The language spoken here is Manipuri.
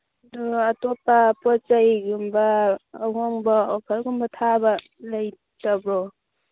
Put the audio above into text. ꯑꯣ ꯑꯇꯣꯞꯄ ꯄꯣꯠ ꯆꯩꯒꯨꯝꯕ ꯑꯍꯣꯡꯕ ꯑꯣꯐꯔꯒꯨꯝꯕ ꯊꯥꯕ ꯂꯩꯇꯕ꯭ꯔꯣ